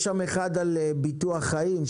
יש לו אחד על ביטוח חיים,